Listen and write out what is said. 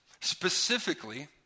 specifically